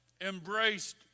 embraced